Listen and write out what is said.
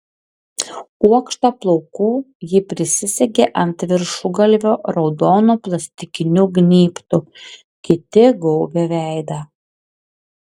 kuokštą plaukų ji prisisegė ant viršugalvio raudonu plastikiniu gnybtu kiti gaubė veidą